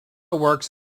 works